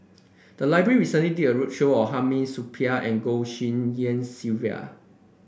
the library recently did a roadshow on Hamid Supaat and Goh Tshin En Sylvia